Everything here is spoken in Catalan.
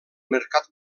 mercat